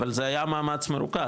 אבל זה היה מאמץ מרוכז,